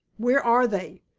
where are they,